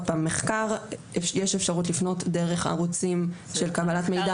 מחקר, יש אפשרות לפנות דרך הערוצים של קבלת מידע